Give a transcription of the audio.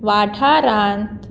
वाठारांत